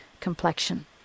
complexion